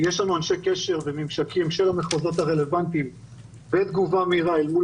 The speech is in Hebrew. יש שם אנשי קשר וממשקים של המחוזות הרלוונטיים ותגובה מהירה אל מול